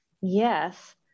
Yes